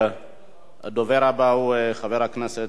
הדובר הבא הוא חבר הכנסת טלב אלסאנע.